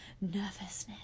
nervousness